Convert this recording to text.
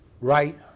right